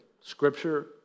Scripture